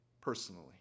Personally